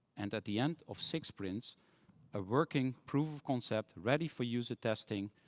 and at the end of six sprints a working proof of concept ready for user testing